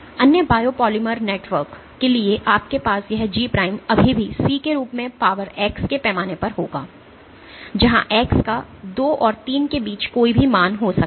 अन्य biopolymer network के लिए आपके पास यह G अभी भी C के रूप में पावर x के पैमाने पर होगा जहां x का 2 और 3 के बीच कोई मान हो सकता है